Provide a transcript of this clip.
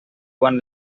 quan